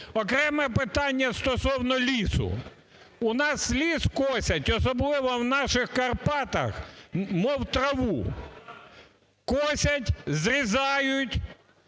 Окреме питання стосовно лісу. У нас ліс косять, особливо в наших Карпатах мов траву, косять, зрізають